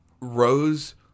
Rose